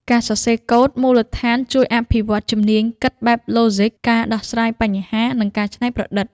ការសរសេរកូដមូលដ្ឋានជួយអភិវឌ្ឍជំនាញគិតបែបឡូហ្ស៊ិក ការដោះស្រាយបញ្ហា និងការច្នៃប្រឌិត។